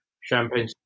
Champagne